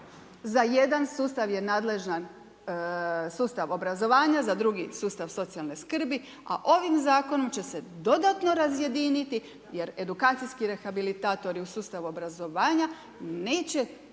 Za jedan sustav je nadležan sustav obrazovanja, za drugi sustav socijalne skrbi, a ovim zakonom će se dodatno razjediniti jer edukacijski rehabilitatori u sustavu obrazovanja neće